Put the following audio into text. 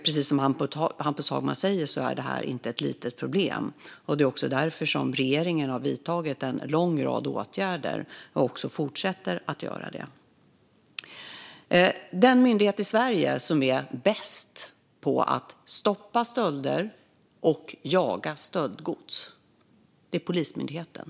Precis som Hampus Hagman säger är det inte ett litet problem. Det är också därför regeringen har vidtagit en lång rad åtgärder och fortsätter att göra det. Den myndighet i Sverige som är bäst på att stoppa stölder och jaga stöldgods är Polismyndigheten.